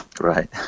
Right